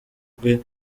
rwe